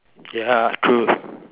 ya true